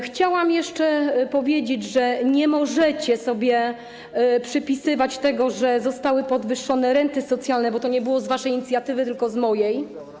Chciałabym jeszcze powiedzieć, że nie możecie sobie przypisywać tego, że zostały podwyższone renty socjalne, bo to nie było z waszej inicjatywy, tylko z mojej.